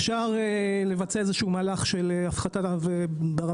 אפשר לבצע איזה שהוא מהלך של הפחתה תקציבית,